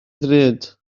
ddrud